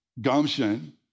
gumption